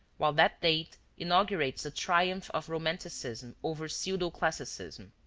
while that date inaugurates the triumph of romanticism over pseudo-classicism.